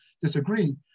disagree